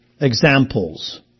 examples